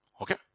Okay